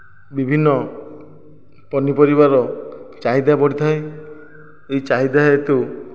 ବିଭିନ୍ନ ପନିପରିବାର ଚାହିଦା ବଢ଼ିଥାଏ ଏହି ଚାହିଦା ହେତୁ